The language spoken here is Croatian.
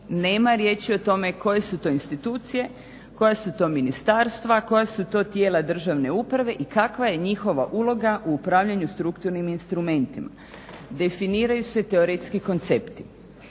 Nema riječi o tome koje su to institucije, koja su to ministarstva, koja su to tijela državne uprave i kakva je njihova uloga u upravljanju strukturnim instrumentima. Definiraju se teoretski koncepti,